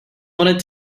wanted